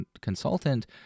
consultant